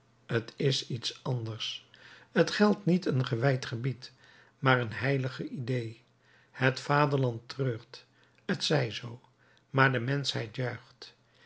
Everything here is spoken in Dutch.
t is iets anders t geldt niet een gewijd gebied maar een heilige idée het vaderland treurt t zij zoo maar de menschheid